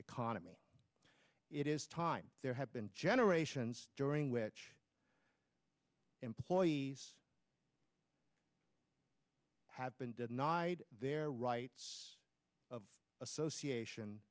economy it is time there have been generations during which employees have been denied their rights of association